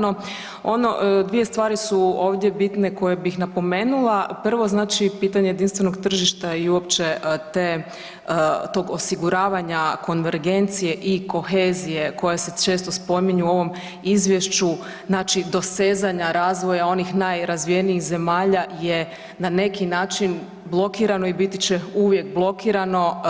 No dvije stvari su ovdje bitne koje bih napomenula, prvo znači pitanje jedinstvenog tržišta i uopće tog osiguravanja konvergencije i kohezije koje se često spominju u ovom izvješću, znači dosezanja razvoja onih najrazvijenijih zemalja je na neki način blokirano i biti će uvijek blokirano